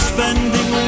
Spending